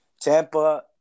Tampa